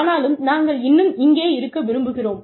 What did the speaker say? ஆனாலும் நாங்கள் இன்னும் இங்கே இருக்கிறோம்